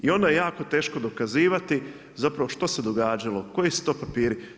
I onda je jako teško dokazivati zapravo što se je događalo, koji su to papiri.